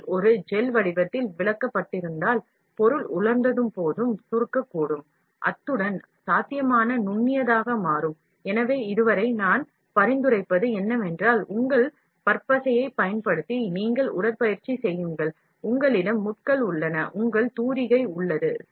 பொருள் ஒரு ஜெல் வடிவத்தில் விலக்கப்பட்டிருந்தால் பொருள் உலர்த்தும்போது சுருங்கக்கூடும் அத்துடன் சாத்தியமான நுண்ணியதாக மாறும்